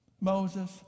Moses